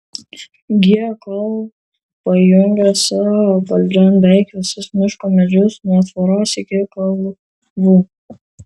giją kol pajungė savo valdžion beveik visus miško medžius nuo tvoros iki kalvų